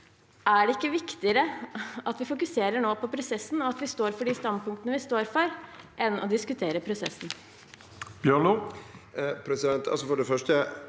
Er det ikke viktigere at vi nå fokuserer på prosessen og står for de standpunktene vi står for, heller enn å diskutere prosessen?